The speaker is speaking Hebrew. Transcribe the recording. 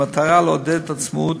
במטרה לעודד עצמאות